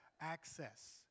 access